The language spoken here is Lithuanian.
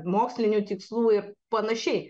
mokslinių tikslų ir panašiai